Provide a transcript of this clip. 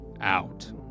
out